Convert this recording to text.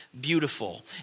beautiful